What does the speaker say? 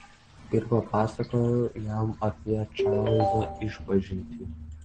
ir papasakojau jam apie čarlzo išpažintį